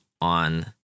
on